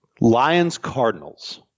Lions-Cardinals